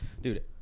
Dude